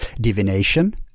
divination